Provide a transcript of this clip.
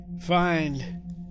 find